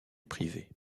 privée